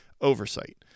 Oversight